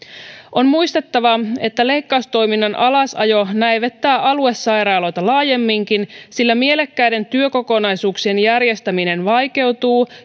on muistettava että leikkaustoiminnan alasajo näivettää aluesairaaloita laajemminkin sillä mielekkäiden työkokonaisuuksien järjestäminen vaikeutuu